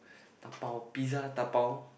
dabao pizza dabao